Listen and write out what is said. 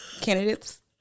candidates